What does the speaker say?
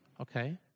Okay